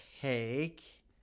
take